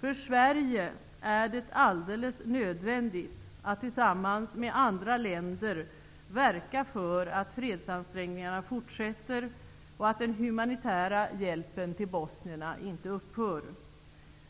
För Sverige är det alldeles nödvändigt att tillsammans med andra länder verka för att fredsansträngningarna fortsätter och att den humanitära hjälpen till bosnierna inte upphör.